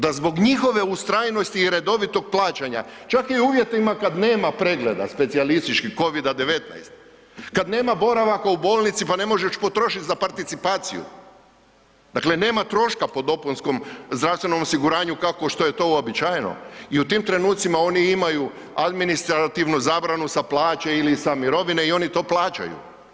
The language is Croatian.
Da zbog njihove ustrajnosti i redovitog plaćanja, čak i u uvjetima kad nema pregleda, specijalističkih, COVID-19, kad nema boravaka u bolnici pa ne možeš potrošiti za participaciju, dakle nema troška po dopunskom zdravstvenom osiguranju kao što je to uobičajeno i u tim trenucima oni imaju administrativnu zabranu sa plaće ili sa mirovine i oni to plaćaju.